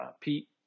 Pete